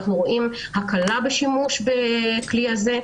אנחנו רואים הקלה בשימוש בכלי הזה.